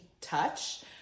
touch